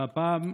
והפעם,